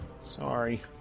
Sorry